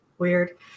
Weird